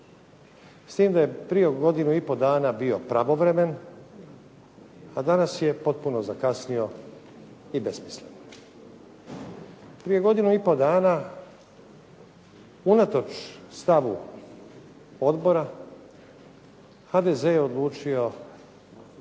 s tim da je prije godinu i pol dana bio pravovremen, a danas je potpuno zakasnio i besmislen. Prije godinu i pol dana, unatoč stavu odbora, HDZ je odlučio